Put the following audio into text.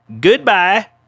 Goodbye